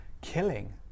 killing